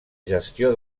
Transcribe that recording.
gestió